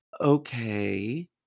okay